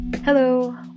Hello